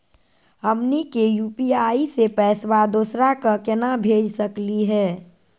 हमनी के यू.पी.आई स पैसवा दोसरा क केना भेज सकली हे?